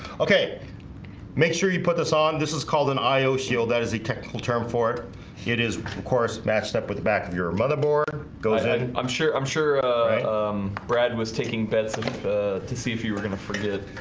okay make sure you put this on this is called an io shield that is a technical term for it it is of course matched up with the back of your motherboard. go ahead. i'm sure i'm sure brad was taking bets and to see if you were gonna forget